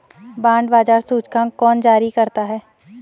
Bond बाजार सूचकांक कौन जारी करता है?